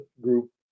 group